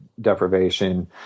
deprivation